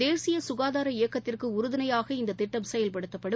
தேசிய சுகாதார இயக்கத்திற்கு உறுதுணையாக இந்த திட்டம் செயல்படுத்தப்படும்